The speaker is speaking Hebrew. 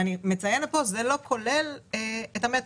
זה לא כולל את המטרו,